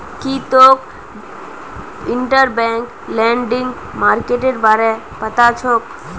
की तोक interbank lending मार्केटेर बारे पता छोक